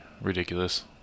ridiculous